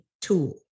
tool